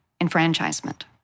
enfranchisement